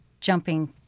jumping